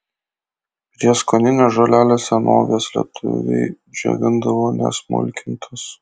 prieskonines žoleles senovės lietuviai džiovindavo nesmulkintas